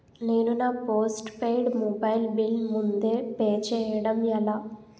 నేను నా postpaid mobile bill ముందే పే చేయడం ఎలా?